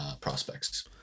prospects